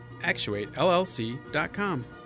Actuatellc.com